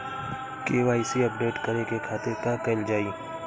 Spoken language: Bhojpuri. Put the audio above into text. के.वाइ.सी अपडेट करे के खातिर का कइल जाइ?